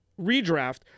redraft